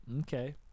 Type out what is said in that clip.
Okay